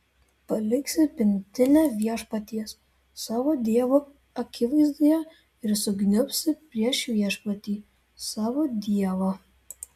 paliksi pintinę viešpaties savo dievo akivaizdoje ir sukniubsi prieš viešpatį savo dievą